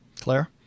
Claire